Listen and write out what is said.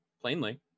Plainly